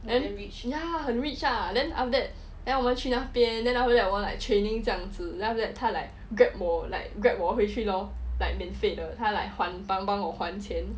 then ya 很 rich ah then after that then 我们去那边 then after that I want like training 这样子 then after that time like Grab 我 like Grab 我去 lor like 免费的他 like 还帮帮我还钱